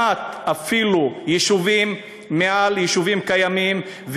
אפילו של הקמת יישובים מעל יישובים קיימים.